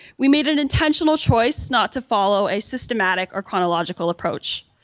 we made an intentional choice not to follow a systematic or chronological approach.